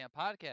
podcast